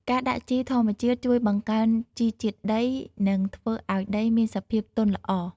ការដាក់ជីធម្មជាតិជួយបង្កើនជីជាតិដី និងធ្វើឱ្យដីមានសភាពទន់ល្អ។